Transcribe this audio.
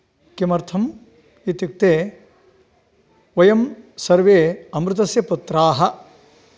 किमर्थम् इत्युक्ते वयं सर्वे अमृतस्य पुत्राः